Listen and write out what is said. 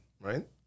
Right